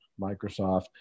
Microsoft